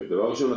דבר ראשון,